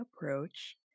approach